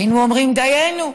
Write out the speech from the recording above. היינו אומרים: דיינו,